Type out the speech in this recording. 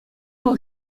вӑл